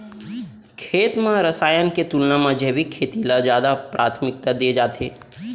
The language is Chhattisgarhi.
खेत मा रसायन के तुलना मा जैविक खेती ला जादा प्राथमिकता दे जाथे